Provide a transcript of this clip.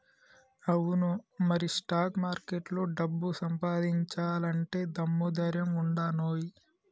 అవును మరి స్టాక్ మార్కెట్లో డబ్బు సంపాదించాలంటే దమ్ము ధైర్యం ఉండానోయ్